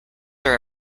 are